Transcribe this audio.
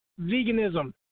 veganism